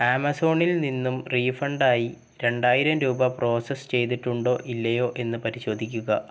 ആമസോണില് നിന്നും റീഫണ്ട് ആയി രണ്ടായിരം രൂപ പ്രോസസ്സ് ചെയ്തിട്ടുണ്ടോ ഇല്ലയോ എന്ന് പരിശോധിക്കുക